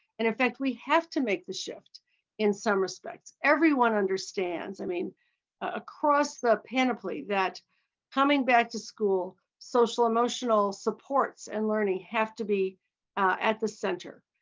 and in fact, we have to make the shift in some respect. everybody understands. i mean across the panoply that coming back to school, social emotional supports and learning have to be at the center.